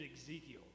Ezekiel